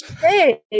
Hey